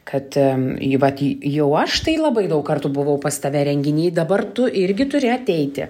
kad į vat jau aš tai labai daug kartų buvau pas tave renginy dabar tu irgi turi ateiti